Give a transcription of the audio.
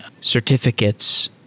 certificates